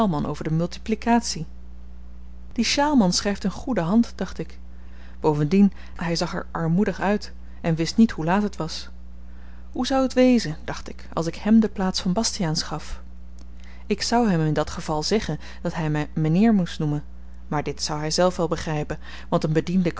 over de multiplikatie die sjaalman schryft een goede hand dacht ik bovendien hy zag er armoedig uit en wist niet hoe laat het was hoe zou t wezen dacht ik als ik hem de plaats van bastiaans gaf ik zou hem in dat geval zeggen dat hy my m'nheer moest noemen maar dit zou hyzelf wel begrypen want een bediende